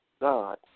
God